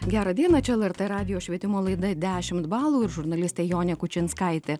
gerą dieną čia lrt radijo švietimo laida dešimt balų ir žurnalistė jonė kučinskaitė